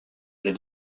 les